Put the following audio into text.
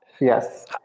Yes